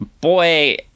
boy